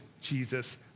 Jesus